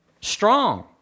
Strong